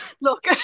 look